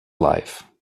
life